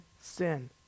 sin